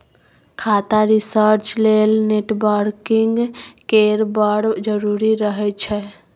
खाता रिसर्च लेल नेटवर्किंग केर बड़ जरुरी रहय छै